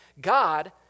God